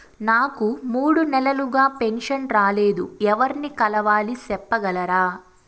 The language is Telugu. నాకు మూడు నెలలుగా పెన్షన్ రాలేదు ఎవర్ని కలవాలి సెప్పగలరా?